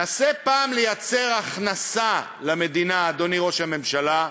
נסה פעם לייצר הכנסה למדינה, אדוני ראש הממשלה,